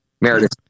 Meredith